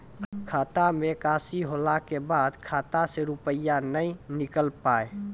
खाता मे एकशी होला के बाद खाता से रुपिया ने निकल पाए?